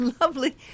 lovely –